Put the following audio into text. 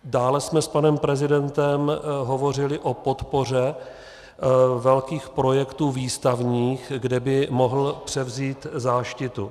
Dále jsme s panem prezidentem hovořili o podpoře velkých projektů výstavních, kde by mohl převzít záštitu.